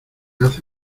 hace